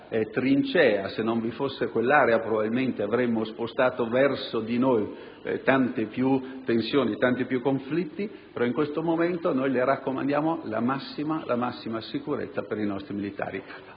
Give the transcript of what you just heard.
trincea; se non vi fosse stata quell'area, probabilmente avremmo spostato verso di noi tante più tensioni e conflitti, però, in questo momento noi le raccomandiamo la massima sicurezza per i nostri militari